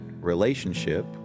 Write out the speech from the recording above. relationship